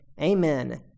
Amen